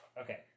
Okay